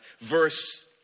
verse